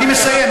אני מסיים.